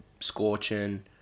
scorching